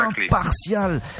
impartial